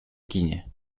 kinie